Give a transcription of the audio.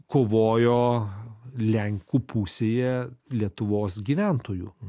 kovojo lenkų pusėje lietuvos gyventojų